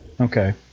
Okay